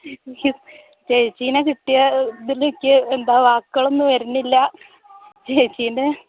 ചേച്ചിനെ കിട്ടിയ ഇതിൽ എനിക്ക് എന്താണ് വാക്കുകൾ ഒന്നും വരുന്നില്ല ചേച്ചിൻ്റെ